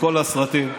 בכל הסרטים,